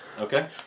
Okay